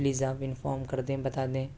please آپ inform کر دیں بتا دیں